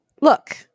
Look